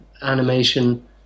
animation